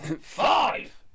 Five